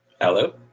Hello